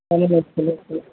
కనిపించలేదు